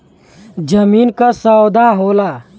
जमीन क सौदा होला